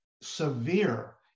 severe